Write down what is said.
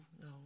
no